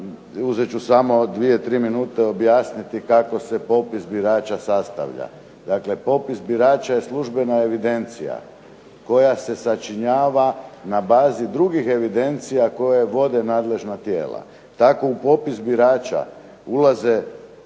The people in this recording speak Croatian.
ću samo dvije, tri minute i objasniti kako se popis birača sastavlja. Dakle, popis birača je službena evidencija koja se sačinjava na bazi drugih evidencija koje vode nadležna tijela. Tako u popis birača ulaze